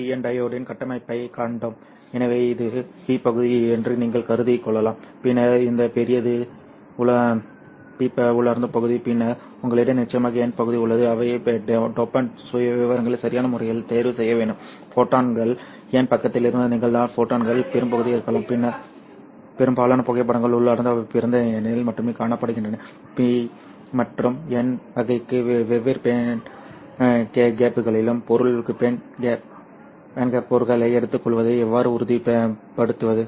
நாங்கள் ஒரு PIN டையோடின் கட்டமைப்பைக் கண்டோம் எனவே இது P பகுதி என்று நீங்கள் கருதிக் கொள்ளலாம் பின்னர் இந்த π பெரியது உள்ளார்ந்த பகுதி பின்னர் உங்களிடம் நிச்சயமாக n பகுதி உள்ளது அவை டோபன்ட் சுயவிவரங்களை சரியான முறையில் தேர்வு செய்ய வேண்டும் ஃபோட்டான்கள் N பக்கத்திலிருந்து நிகழ்ந்தால் ஃபோட்டான்களின் பெரும்பகுதி இருக்கலாம் பின்னர் பெரும்பாலான புகைப்படங்கள் உள்ளார்ந்த பிராந்தியத்தில் மட்டுமே காணப்படுகின்றன P மற்றும் n வகைக்கு வெவ்வேறு பேண்ட் கேப்களின் பொருள் பேண்ட்கேப் பொருட்களை எடுத்துக்கொள்வதை எவ்வாறு உறுதிப்படுத்துவது